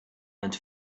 and